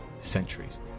centuries